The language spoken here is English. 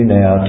now